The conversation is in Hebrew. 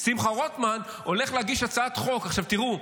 שמחה רוטמן הולך להגיש הצעת חוק, תראו,